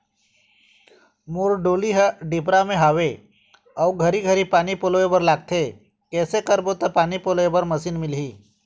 मोर डोली हर डिपरा म हावे अऊ घरी घरी पानी पलोए बर लगथे कैसे करबो त पानी पलोए बर मशीन मिलही?